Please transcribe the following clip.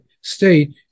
state